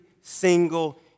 single